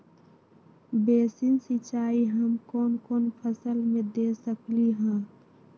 Basin सिंचाई हम कौन कौन फसल में दे सकली हां?